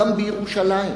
גם בירושלים.